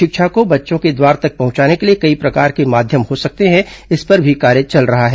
शिक्षा को बच्चों के द्वार तक पहुंचाने के लिए कई प्रकार के माध्यम हो सकते हैं इस पर भी कार्य चल रहा है